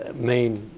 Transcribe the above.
ah main